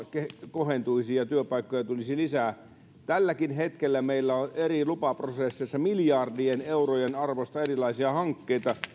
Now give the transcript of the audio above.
kohentuisi ja työpaikkoja tulisi lisää että tälläkin hetkellä meillä on eri lupaprosesseissa miljardien eurojen arvosta erilaisia hankkeita